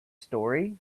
story